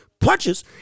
punches